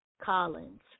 Collins